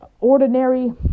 ordinary